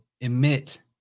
emit